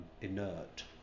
inert